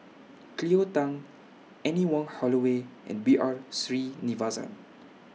Cleo Thang Anne Wong Holloway and B R Sreenivasan